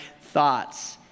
thoughts